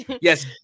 yes